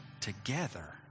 together